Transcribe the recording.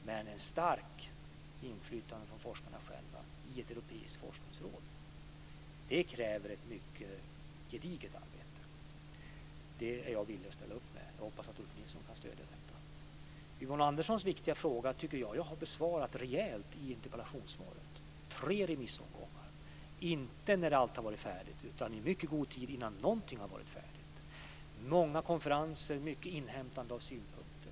Men ett starkt inflytande av forskarna själva i ett europeiskt forskningsråd kräver ett mycket gediget arbete. Det är jag villig att ställa upp med. Jag hoppas att Ulf Nilsson kan stödja detta. Yvonne Anderssons viktiga fråga tycker jag att jag har besvarat rejält i interpellationssvaret. Tre remissomgångar, inte när allt har varit färdigt utan i mycket god tid innan någonting har varit färdigt, många konferenser, mycket inhämtande av synpunkter.